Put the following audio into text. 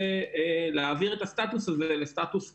ולהעביר את הסטטוס הזה לסטטוס כתום,